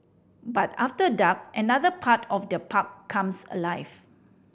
but after dark another part of the park comes alive